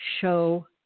Show